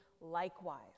likewise